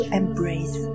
embrace